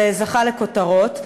וזכה לכותרות.